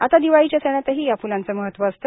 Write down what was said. आता दिवाळीच्या सणातही या फ्लांचे महत्त्व असते